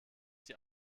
die